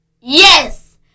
Yes